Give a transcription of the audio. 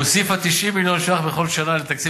הוסיפה 90 מיליון ש"ח בכל שנה לתקציב